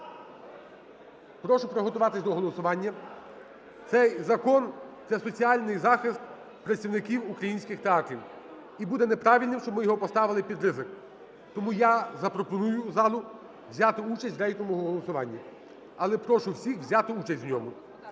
Прошу приготуватись до голосування. Цей закон – це соціальний захист працівників українських театрів. І буде неправильним, щоб ми його поставили під ризик. Тому я запропоную залу взяти участь в рейтинговому голосуванні. Але прошу всіх взяти участь в ньому.